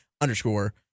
underscore